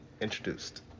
Introduced